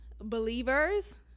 believers